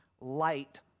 Light